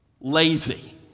Lazy